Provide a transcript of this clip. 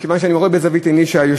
מכיוון שאני רואה בזווית עיני שהיושב-ראש